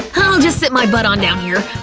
i'll just sit my butt on down here.